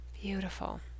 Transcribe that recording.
Beautiful